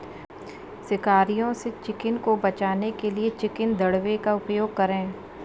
शिकारियों से चिकन को बचाने के लिए चिकन दड़बे का उपयोग करें